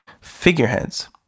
figureheads